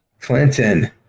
Clinton